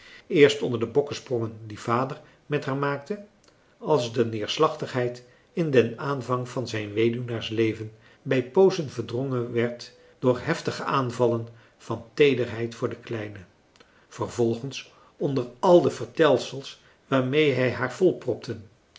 eerst onder de bokkesprongen die vader met haar maakte als de neerslachtigheid in den aanvang van zijn weduwnaarsleven bij poozen verdrongen werd door heftige aanvallen van teederheid voor de kleine vervolgens onder al de vertelsels waarmee hij haar volpropte